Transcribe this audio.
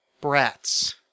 Brats